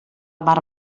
mar